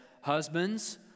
Husbands